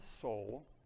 soul